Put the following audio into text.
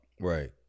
Right